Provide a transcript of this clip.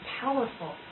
powerful